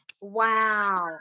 Wow